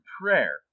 prayer